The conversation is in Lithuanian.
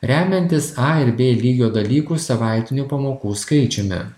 remiantis a ir b lygio dalykų savaitinių pamokų skaičiumi